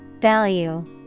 Value